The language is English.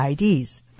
IDs